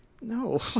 no